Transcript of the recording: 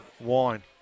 wine